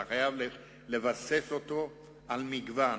אתה חייב לבסס אותו על מגוון.